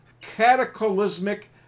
cataclysmic